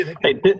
Hey